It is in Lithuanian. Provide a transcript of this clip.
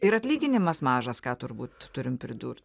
ir atlyginimas mažas ką turbūt turim pridurt